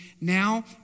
Now